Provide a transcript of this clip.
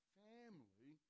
family